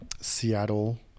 Seattle